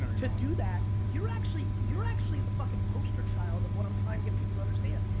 to do that, you're actually you're actually the fuckin' poster child of what i'm trying to get people to understand!